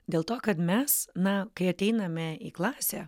dėl to kad mes na kai ateiname į klasę